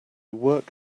work